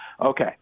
Okay